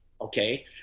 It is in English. Okay